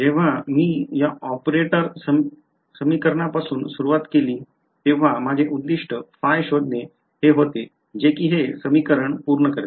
जेव्हा मी या ऑपरेटर समीकरणापासून सुरुवात केली तेव्हा माझे उद्दीष्ट ϕ शोधणे हे होते जे की हे समीकरण पूर्ण करते